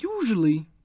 usually